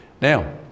now